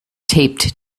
taped